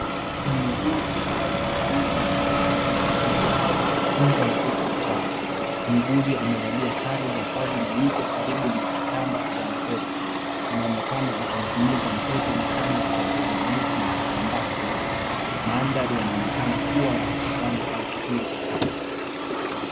Muuguzi au mhudumu wa afya akimwangalia au kumtunza mtoto mchanga. Muuguzi amevalia sare za kazi na yuko karibu na kitanda cha mtoto. Anaonekana akimfunika mtoto mchanga kwa uangalifu na kitambaa cheupe. Mandhari yanaonekana kuwa ya hospitali au kituo cha afya.